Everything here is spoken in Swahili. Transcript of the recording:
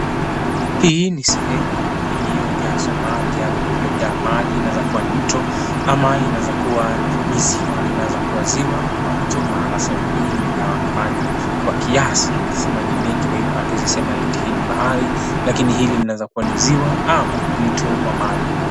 Hi ni sehemu iliyojazwa maji ama iiliyojaa maji inaweza kuwa ni mto ama inaweza kuwa ni ziwa, linaweza kuwa ziwa ama mto maana sehemu hii imejawa na maji kwa kiasi si maji mengi kwa hivyo hatuwezi sema ni bahari lakini hili linaweza kuwa ni ziwa au mto wa maji.